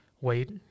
wait